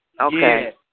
Okay